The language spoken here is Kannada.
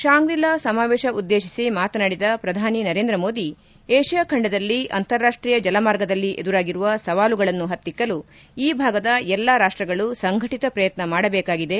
ಶಾಂಗ್ರಿ ಲಾ ಸಮಾವೇಶ ಉದ್ದೇಶಿಸಿ ಮಾತನಾಡಿದ ಪ್ರಧಾನಿ ನರೇಂದ್ರ ಮೋದಿ ಏಷ್ಯಾ ಖಂಡದಲ್ಲಿ ಅಂತಾರಾಷ್ಟೀಯ ಜಲಮಾರ್ಗದಲ್ಲಿ ಎದುರಾಗಿರುವ ಸವಾಲುಗಳನ್ನು ಹತ್ತಿಕ್ಕಲು ಈ ಭಾಗದ ಎಲ್ಲ ರಾಷ್ಟಗಳು ಸಂಘಟತ ಪ್ರಯತ್ನ ಮಾಡಬೇಕಾಗಿದೆ